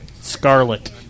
Scarlet